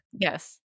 yes